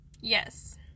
Yes